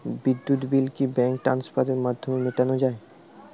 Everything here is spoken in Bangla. বিদ্যুৎ বিল কি ব্যাঙ্ক ট্রান্সফারের মাধ্যমে মেটানো য়ায়?